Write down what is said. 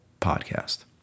podcast